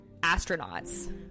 astronauts